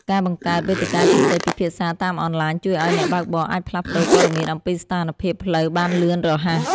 ការបង្កើតវេទិកាជជែកពិភាក្សាតាមអនឡាញជួយឱ្យអ្នកបើកបរអាចផ្លាស់ប្តូរព័ត៌មានអំពីស្ថានភាពផ្លូវបានលឿនរហ័ស។